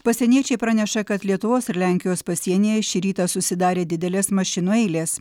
pasieniečiai praneša kad lietuvos ir lenkijos pasienyje šį rytą susidarė didelės mašinų eilės